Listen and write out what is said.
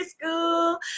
school